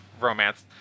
romance